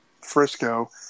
Frisco